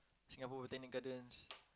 Singapore-Botanic-Gardens